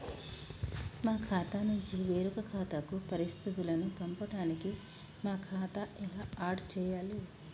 మా ఖాతా నుంచి వేరొక ఖాతాకు పరిస్థితులను పంపడానికి మా ఖాతా ఎలా ఆడ్ చేయాలి?